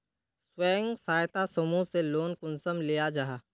स्वयं सहायता समूह से लोन कुंसम लिया जाहा?